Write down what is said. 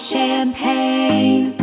Champagne